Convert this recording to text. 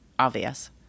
Obvious